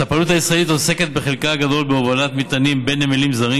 הספנות הישראלית עוסקת בחלקה הגדול בהובלת מטענים בין נמלים זרים,